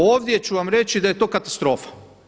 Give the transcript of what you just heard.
Ovdje ću vam reći da je to katastrofa.